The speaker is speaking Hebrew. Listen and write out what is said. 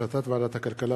מירי רגב,